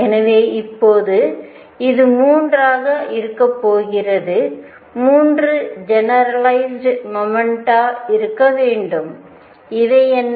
எனவே இப்போது இது 3 ஆக இருக்கப் போகிறது 3 ஜெனரலைஸ்ட் மொமெண்ட்டா இருக்க வேண்டும் இவை என்ன